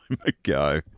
ago